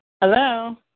Hello